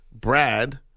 Brad